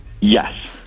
Yes